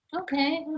Okay